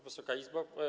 Wysoka Izbo!